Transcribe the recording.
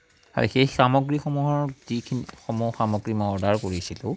আৰু সেই সামগ্ৰীসমূহৰ যিখিনি সামগ্ৰী মই অৰ্ডাৰ কৰিছিলোঁ